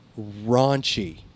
raunchy